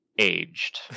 Aged